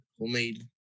Homemade